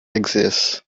exist